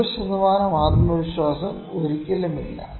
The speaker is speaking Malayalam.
100 ശതമാനം ആത്മവിശ്വാസം ഒരിക്കലും ഇല്ല